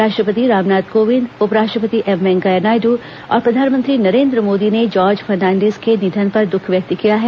राष्ट्रपति रामनाथ कोविन्द उपराष्ट्रपति एम वैंकेयानायड् और प्रधानमंत्री नरेन्द्र मोदी ने जार्ज फर्नांडिस के निधन पर दुख व्यक्त किया है